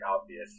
obvious